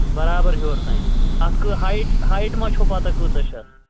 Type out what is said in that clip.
برابر ہیوٚر تام اَتھ کہٕ ہایِٹھ ہایِٹھ ما چھو پَتہ کۭژاہ چھِ اَتھ